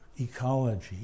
ecology